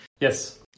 yes